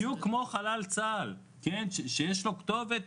בדיוק כמו חלל צה"ל שיש להוריו כתובת.